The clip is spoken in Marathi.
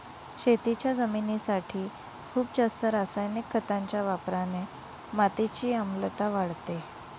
शेतीच्या जमिनीसाठी खूप जास्त रासायनिक खतांच्या वापराने मातीची आम्लता वाढते